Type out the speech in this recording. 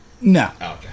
No